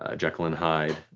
ah jekyll and hyde,